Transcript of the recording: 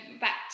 back